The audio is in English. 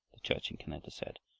the church in canada said,